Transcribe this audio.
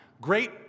Great